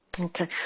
Okay